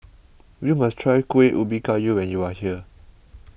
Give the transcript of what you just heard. you must try Kueh Ubi Kayu when you are here